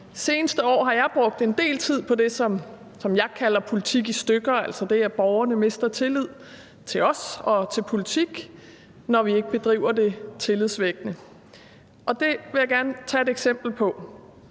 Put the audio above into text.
seneste år har jeg brugt en del tid på det, som jeg kalder politik i stykker, altså det, at borgerne mister tilliden til os og til politik, når vi ikke bedriver det tillidsvækkende. Det vil jeg gerne komme med et eksempel på,